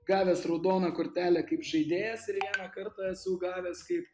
gavęs raudoną kortelę kaip žaidėjas ir vieną kartą esu gavęs kaip